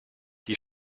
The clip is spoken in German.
die